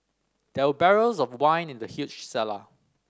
there were barrels of wine in the huge cellar